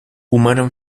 umarım